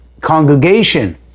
congregation